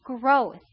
growth